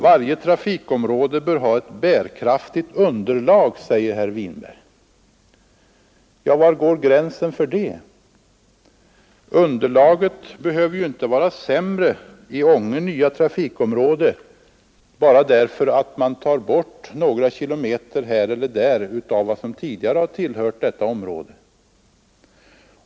Varje trafikområde bör ha ett bärkraftigt underlag, säger herr Winberg. Ja, var går gränsen för det? Underlaget behöver ju inte vara sämre i Änge nya trafikområde bara därför att man tar bort några kilometer här eller där av vad som tillhört detta område.